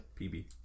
PB